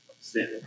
sin